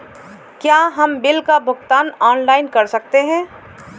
क्या हम बिल का भुगतान ऑनलाइन कर सकते हैं?